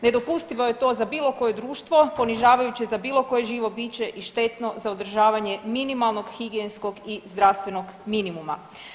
Nedopustivo je to za bilo koje društvo, ponižavajuće za bilo koje živo biće i štetno za održavanje minimalnog higijenskog i zdravstvenog minimuma.